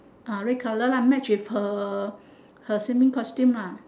uh red colour lah match with her her swimming costume lah